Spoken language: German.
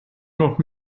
noch